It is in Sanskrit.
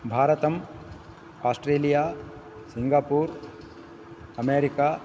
भारतम् आस्ट्रेलिया सिङ्गपूर् अमेरिका